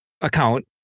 account